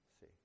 See